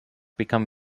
become